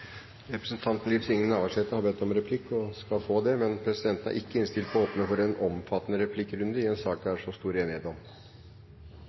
Representanten Liv Signe Navarsete har bedt om replikk og skal få det, men presidenten er ikke innstilt på å åpne for en omfattende replikkrunde i en sak det er så stor enighet om.